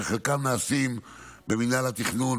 שחלקם נעשים במינהל התכנון,